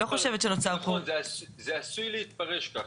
זה עשוי להתפרש כך.